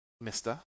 mister